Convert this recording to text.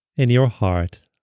in your heart.